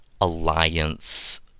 alliance